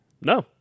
No